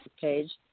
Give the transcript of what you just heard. page